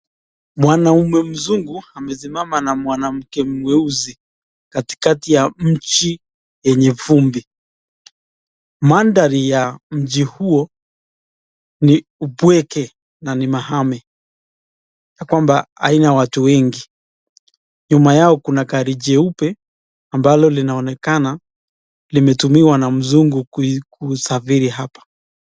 Mwanaume mzungu amesimama na mwanamke mweusi katikati ya mji yenye fumbi. Mandhari ya mji huu ni upweke nani mahame ya kwamba haina watu wengi. Nyuma yao kuna gari jeupe, ambalo linaonekana limetumiwa na mzungu kusafiri hapa.